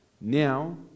now